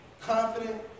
confident